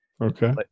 Okay